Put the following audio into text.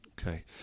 Okay